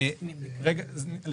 בכלל לא.